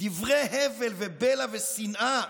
דברי הבל ובלע ושנאה,